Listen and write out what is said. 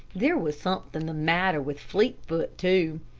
there was something the matter with fleetfoot, too.